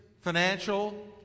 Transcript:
financial